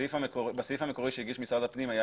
בסעיף המקורי שהגיש משרד הפנים הייתה